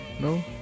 No